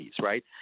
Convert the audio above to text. right